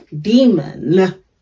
demon